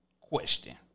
question